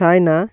China